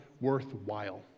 worthwhile